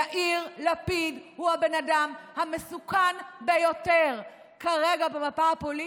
יאיר לפיד הוא הבן אדם המסוכן ביותר כרגע במפה הפוליטית,